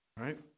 right